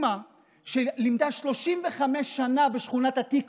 שלימדה 35 שנה בשכונת התקווה,